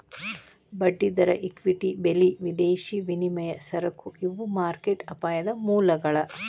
ಬಡ್ಡಿದರ ಇಕ್ವಿಟಿ ಬೆಲಿ ವಿದೇಶಿ ವಿನಿಮಯ ಸರಕು ಇವು ಮಾರ್ಕೆಟ್ ಅಪಾಯದ ಮೂಲಗಳ